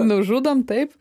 nužudom taip